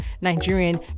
Nigerian